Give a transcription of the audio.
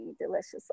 delicious